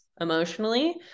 emotionally